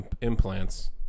implants